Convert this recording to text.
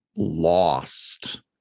lost